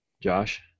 Josh